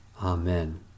Amen